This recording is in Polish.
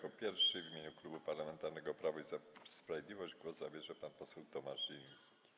Jako pierwszy w imieniu Klubu Parlamentarnego Prawo i Sprawiedliwość głos zabierze pan poseł Tomasz Zieliński.